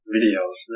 videos